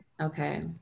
Okay